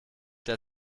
der